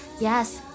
yes